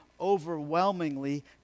overwhelmingly